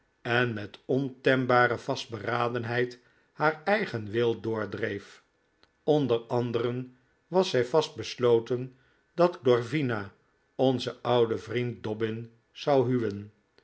en met ontembare vastberadenheid haar eigen wil doordreef onder anderen was zij vast besloten dat glorvina onzen ouden vriend dobbin zou huwen